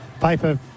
paper